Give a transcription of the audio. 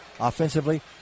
offensively